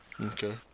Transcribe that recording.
Okay